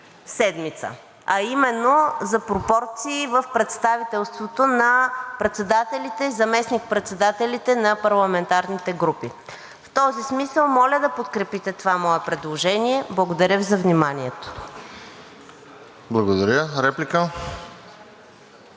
седмица, а именно за пропорции в представителството на председателите и зам.-председателите на парламентарните групи. В този смисъл моля да подкрепите това мое предложение. Благодаря Ви за вниманието. ПРЕДСЕДАТЕЛ РОСЕН